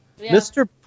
Mr